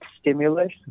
stimulus